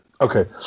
Okay